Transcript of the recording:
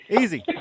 Easy